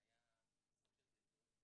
זה היה סוג של זלזול.